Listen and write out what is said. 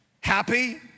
happy